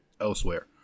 elsewhere